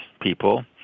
people